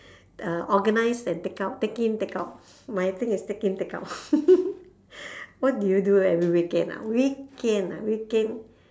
uh organise and take out take in take out my thing is take in take out what do you do every weekend ah weekend ah weekend